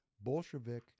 Bolshevik